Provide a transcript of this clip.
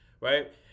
right